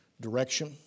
direction